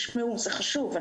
זה חשוב.